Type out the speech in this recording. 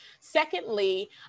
Secondly